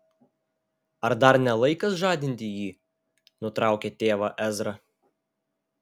ar dar ne laikas žadinti jį nutraukė tėvą ezra